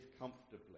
comfortably